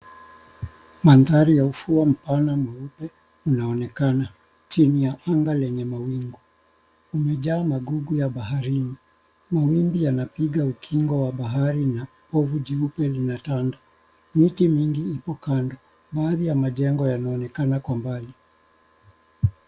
Maandhari ya ufuo mpana mweupe unaonekana chini ya anga yenye mawingu, umejaa magugu ya baharini, mawimbi yanakingo ukingo wa bahari na povu jeupe linatanda, miti mingi iko kando na baadhi ya majengo yanaonekana kwa mbali